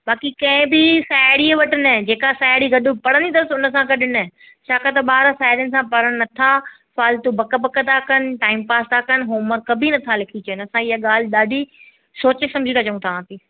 बाक़ी कंहिं बि साहेड़ी वटि नाहे जेका साहेड़ी गॾु पढ़ंदी अथसि हुन सां गॾु न छाकाणि त ॿारु साहेड़ीनि सां पढ़नि नथा फालतू बक बक था कनि टाइम पास था कनि होमवर्क बि नथा लिखी अचनि असां इहा ॻाल्हि ॾाढी सोचे सम्झे त चऊं तव्हांखे